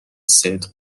صدق